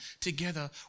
Together